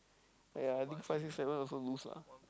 !aiya! I think five six seven also lose lah